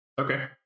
Okay